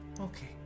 Okay